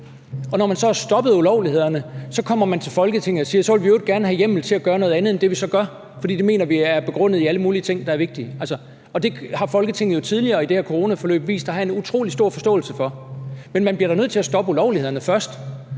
når man så har stoppet ulovlighederne, kommer man til Folketinget og siger: Så vil vi i øvrigt gerne have hjemmel til at gøre noget andet end det, vi så gør, for det mener vi er begrundet i alle mulige ting, der er vigtige. Og det har Folketinget jo tidligere i det her coronaforløb vist at have en utrolig stor forståelse for. Men man bliver da nødt til at stoppe ulovlighederne først.